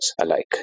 alike